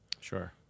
sure